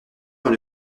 dans